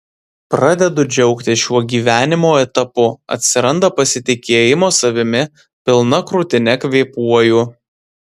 pradedu džiaugtis šiuo gyvenimo etapu atsiranda pasitikėjimo savimi pilna krūtine kvėpuoju